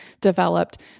developed